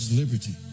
liberty